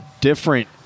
different